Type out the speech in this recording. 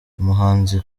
umuhanzi